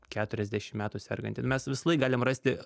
keturiasdešimt metų sergantį mes visąlaik galim rasti